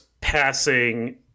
passing